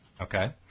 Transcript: Okay